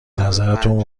نظرتون